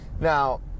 now